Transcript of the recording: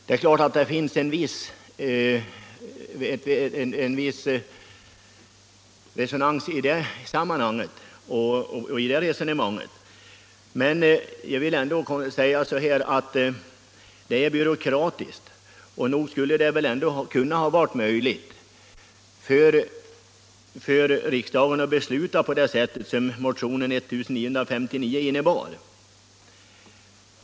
Det är klart att det finns en viss reson i detta, men konstruktionen är byråkratisk, och nog borde riksdagen ha kunnat besluta i enlighet med motionen 1959.